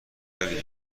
خیلی